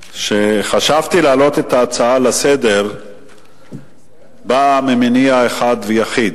חשבתי להעלות את ההצעה לסדר-היום ממניע אחד ויחיד.